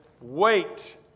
wait